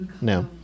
no